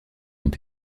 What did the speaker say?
ont